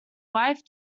wife